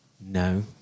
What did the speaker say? No